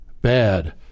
Bad